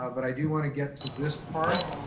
ah but i do wanna get to this part.